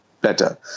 better